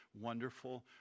wonderful